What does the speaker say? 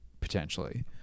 potentially